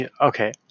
okay